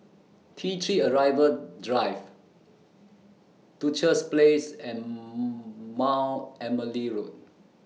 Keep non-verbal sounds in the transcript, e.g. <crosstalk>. T three Arrival Drive Duchess Place and <hesitation> Mount Emily Road